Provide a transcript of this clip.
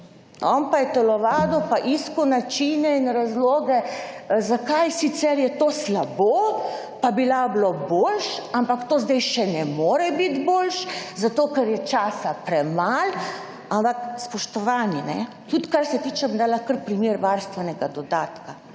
(nadaljevanje) in iskal načine in razloge zakaj sicer je to slabo, pa bi lahko bilo bolje, ampak to zdaj še ne more biti bolje zato, ker je časa premalo, ampak spoštovani, tudi kar se tiče, bom dala kar primer varstvenega dodatka,